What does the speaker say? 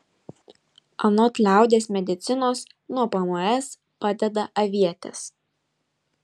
anot liaudies medicinos nuo pms padeda avietės